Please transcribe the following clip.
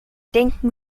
denken